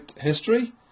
history